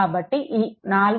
కాబట్టి ఈ 4